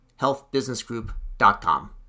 healthbusinessgroup.com